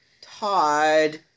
Todd